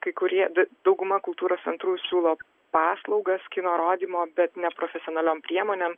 kai kurie d dauguma kultūros centrų siūlo paslaugas kino rodymo bet neprofesionaliom priemonėm